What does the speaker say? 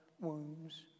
wounds